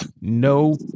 no